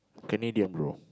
Canadian bro